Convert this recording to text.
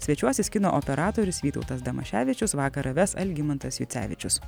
svečiuosis kino operatorius vytautas damaševičius vakarą ves algimantas jucevičius